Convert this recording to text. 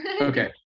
okay